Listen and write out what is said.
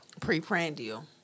Preprandial